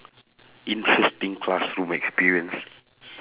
interesting classroom experience